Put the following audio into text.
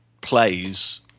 plays